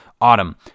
Autumn